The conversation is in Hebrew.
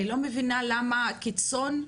אני לא מבינה למה הקיצון.